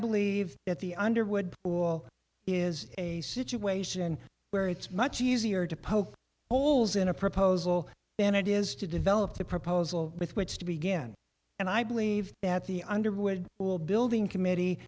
believe that the underwood is a situation where it's much easier to poke holes in a proposal then it is to develop the proposal with which to be again and i believe that the underwear will building committee